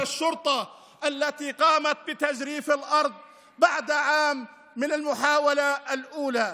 השוטרים שגירדו את האדמה שנה לאחר הניסיון הראשון.